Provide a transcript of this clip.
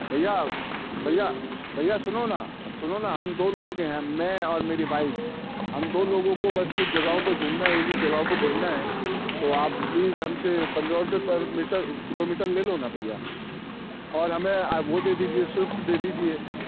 بھیا بھیا بھیا سُنو نا سُنو نا ہم دو لوگ ہیں میں اور میری وائف ہم دو لوگوں کو بس کچھ جگہوں پہ گُھومنا ہے اِن اِن جگہوں پہ گُھومنا ہے تو آپ پلیز ہم سے پندرہ روپئے پر میٹر پر کلو میٹر لے لو نا بھیا اور ہمیں آ وہ دے دیجیے سوئفٹ دے دیجیے